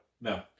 No